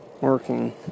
working